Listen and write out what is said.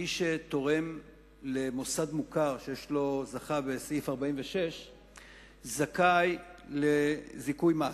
מי שתורם למוסד מוכר שזכה בסעיף 46 זכאי לזיכוי מס,